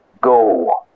Go